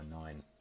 nine